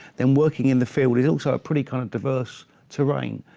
and working in the field is also a pretty kind of diverse terrain.